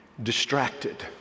Distracted